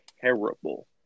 terrible